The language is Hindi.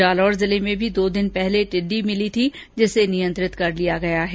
जालौर जिले में भी दो दिन पहले टिड्डी मिली थी जिसे नियंत्रित कर लिया गया है